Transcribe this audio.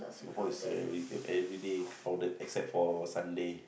Singapore is very v~ everyday crowded except for Sunday